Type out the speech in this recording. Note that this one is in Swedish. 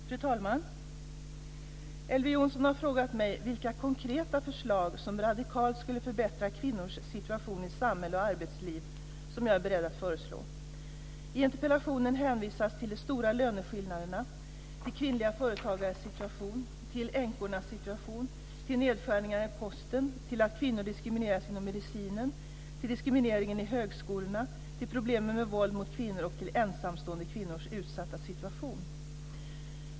Fru talman! Elver Jonsson har frågat mig vilka konkreta förslag för att radikalt förbättra kvinnors situation i samhälle och arbetsliv som jag är beredd att föreslå. I interpellationen hänvisas till de stora löneskillnaderna, till kvinnliga företagares situation, till änkornas situation, till nedskärningarna i Posten, till att kvinnor diskrimineras inom medicinen, till diskrimineringen i högskolorna, till problemet med våld mot kvinnor och till ensamstående kvinnors utsatta situation.